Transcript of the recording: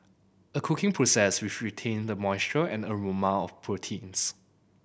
a cooking process which retain the moisture and aroma of proteins